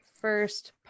First